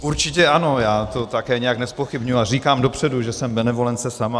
Určitě ano, já to také nijak nezpochybňuji a říkám dopředu, že jsem benevolence sama.